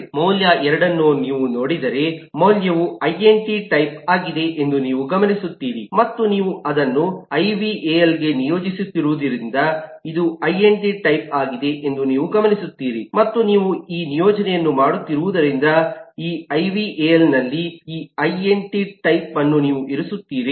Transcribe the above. ಆದ್ದರಿಂದ ಮೌಲ್ಯ 2 ಅನ್ನು ನೀವು ನೋಡಿದರೆ ಮೌಲ್ಯವು ಇಂಟ್ ಟೈಪ್ ಆಗಿದೆ ಎಂದು ನೀವು ಗಮನಿಸುತ್ತೀರಿ ಮತ್ತು ನೀವು ಅದನ್ನು ಐ ವಿ ಎ ಎಲ್ಗೆ ನಿಯೋಜಿಸುತ್ತಿರುವುದರಿಂದ ಇದು ಇಂಟ್ ಟೈಪ್ ಆಗಿದೆ ಎಂದು ನೀವು ಗಮನಿಸುತ್ತೀರಿ ಮತ್ತು ನೀವು ಈ ನಿಯೋಜನೆಯನ್ನು ಮಾಡುತ್ತಿರುವುದರಿಂದ ಈ ಐವಲ್ನಲ್ಲಿ ಈ ಇಂಟ್ ಟೈಪ್ ಅನ್ನು ನೀವು ಇರಿಸುತ್ತೀರಿ